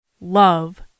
love